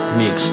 mix